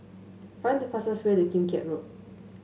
find the fastest way to Kim Keat Road